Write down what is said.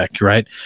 right